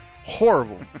Horrible